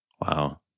Wow